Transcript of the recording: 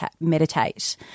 meditate